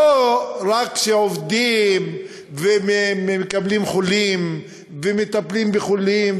לא רק שעובדים ומקבלים חולים ומטפלים בחולים,